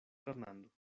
fernando